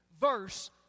verse